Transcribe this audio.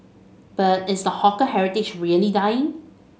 but is the hawker heritage really dying